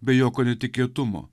be jokio netikėtumo